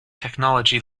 technology